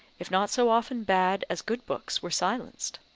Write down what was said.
if not so often bad as good books were silenced.